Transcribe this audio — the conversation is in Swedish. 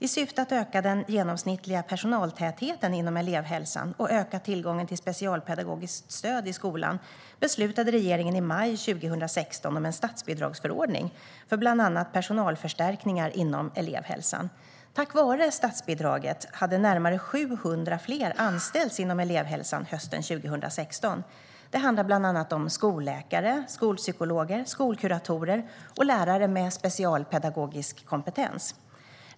I syfte att öka den genomsnittliga personaltätheten inom elevhälsan och öka tillgången till specialpedagogiskt stöd i skolan beslutade regeringen i maj 2016 om en statsbidragsförordning för bland annat personalförstärkningar inom elevhälsan. Tack vare statsbidraget hade närmare 700 fler anställts inom elevhälsan hösten 2016. Det handlar bland annat om skolläkare, skolpsykologer, skolkuratorer och lärare med specialpedagogisk kompetens.